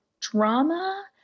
drama